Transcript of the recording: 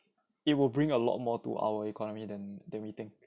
it will bring a lot more to our economy than than we think